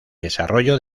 desarrollo